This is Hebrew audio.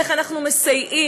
איך אנחנו מסייעים.